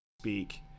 speak